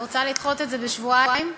עאידה, את רוצה לדחות את זה בשבועיים ונשב?